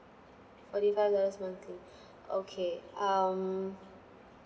forty five dollars monthly okay um